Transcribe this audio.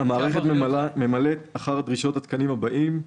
המערכת ממלאת אחר דרישות התקנים הבאים:"